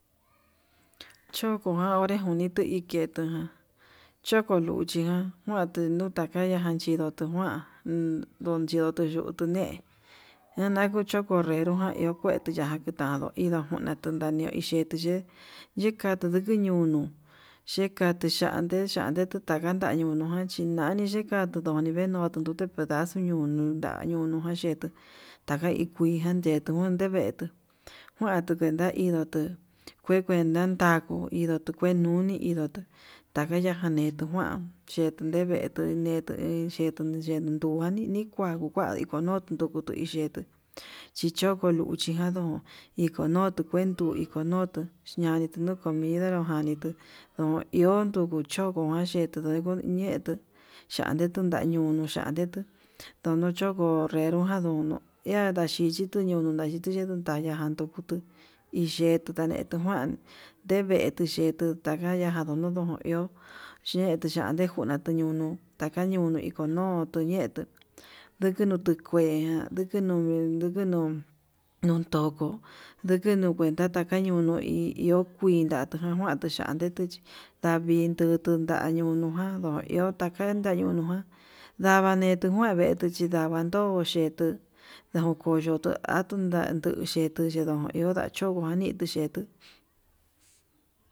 Kocho jan onré junitu detuján choko luchijan kuanduu ndita kaya'a, chindoto njuan uun chindoto yuu tune ndinaku chukunréro iho kuete kentaduu indó, jundatio ndaniu yetuu ye'é ndekatu ndiki ñunuu cheka tuu cahnde chande tutan, ndajan nduyu ján chinani chikandute venute tondute pedazo nuu ñunda nda'a nunua yetuu, taka ikuijan yetuu nundevi vetuu kuandu kuenta indotu kue kuenda takuu indotu kue nuni indotu takaya tanetu njuan, yetu nevetuu ne'e neto yen nduu kuani nikua kua niko nonduku hi yetuu chicho koluchi njuan ndón, iko notuu kuendoi ikonutu yanitu no'o komidero jan nanitu no iho nduku chokojan, yeko ndekuu ñeto'o chandetu ndañunu yandetu ndukuchoko nréndonojan ha dachititu ño'o nona ndechunde yañaján, ndukutu iyetu tandetu kuandu tevetu yetu takayatu ndonotu no iho yetuu kuan ndekuna natuyunu kaañunu ikono tuñetu ndikinu tikue ndukenu, nukenu ndutoko ndukenu kuenta tkañono hi iho kuii ndanta ta kuan atuu chan chetechi tavii ndututu ndañunu njuan ndo iho takan ndai ñunujan ndava netuu njuan netuu chindavado yetuu ndau koyo atunda ndan nduxhi nduxhi ndo iho, ndacho ndije yetuu.